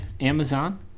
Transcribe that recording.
amazon